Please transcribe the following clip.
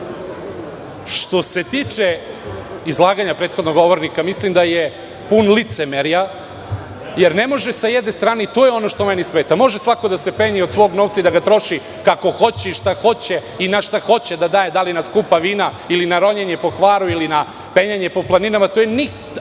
se tiče izlaganja prethodnog govornika mislim da je puno licemerja jer ne može sa jedne strane i to je ono što meni smeta. Može svako da se penje i od svog novca i da ga troši kako hoće i šta hoće i na šta hoće, da li na skupa vina ili na ronjenje po Hvaru, ili na penjanje po planinama, tu apsolutno